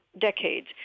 decades